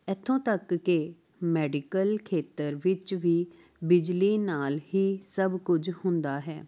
ਇੱਥੋਂ ਤੱਕ ਕਿ ਮੈਡੀਕਲ ਖੇਤਰ ਵਿੱਚ ਵੀ ਬਿਜਲੀ ਨਾਲ ਹੀ ਸਭ ਕੁਝ ਹੁੰਦਾ ਹੈ